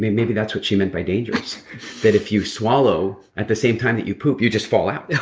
maybe that's what she meant by dangerous that if you swallow at the same time that you poop, you just fall out. yeah